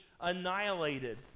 annihilated